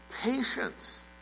patience